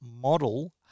model